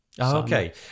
Okay